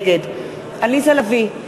נגד עליזה לביא,